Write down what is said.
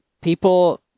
People